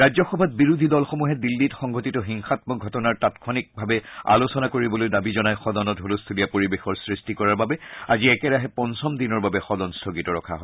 ৰাজ্যসভাত বিৰোধী দলসমূহে দিল্লীত সংঘটিত হিংসাম্মক ঘটনাৰ তাংক্ষণিকভাৱে আলোচনা কৰিবলৈ দাবী জনাই সদনত হুলস্থূলীয়া পৰিৱেশৰ সৃষ্টি কৰাৰ বাবে আজি একেৰাহে পঞ্চম দিনৰ বাবে সদন স্থগিত ৰখা হয়